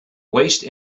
waste